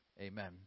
Amen